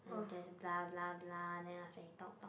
and there's blah blah blah then after he talk talk